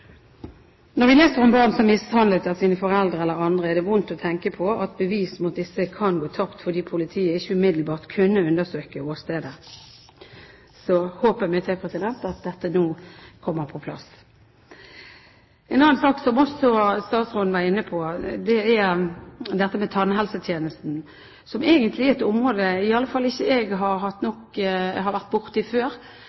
Når vi leser om barn som er mishandlet av sine foreldre eller andre, er det vondt å tenke på at bevis mot disse kan gå tapt fordi politiet ikke umiddelbart kunne undersøke åstedet. Håpet mitt er at dette nå kommer på plass. En annen sak, som også statsråden var inne på, er dette med tannhelsetjenesten, som egentlig er et område som i alle fall ikke jeg har